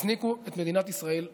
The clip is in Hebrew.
יזניקו את מדינת ישראל קדימה.